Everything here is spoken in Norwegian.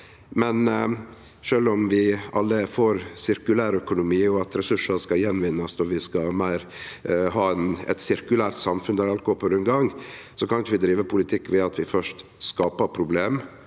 Men sjølv om vi alle er for sirkulærøkonomi, at ressursar skal gjenvinnast og vi skal ha eit sirkulært samfunn der alt går på rundgang, kan vi ikkje drive politikk ved at vi først skaper problem,